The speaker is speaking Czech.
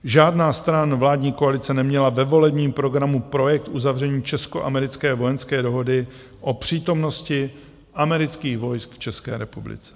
Žádná ze stran vládní koalice neměla ve volebním programu projekt uzavření českoamerické vojenské dohody o přítomnosti amerických vojsk v České republice.